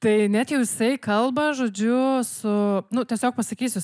tai net jau jisai kalba žodžiu su nu tiesiog pasakysiu